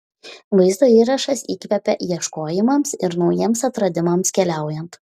vaizdo įrašas įkvepia ieškojimams ir naujiems atradimams keliaujant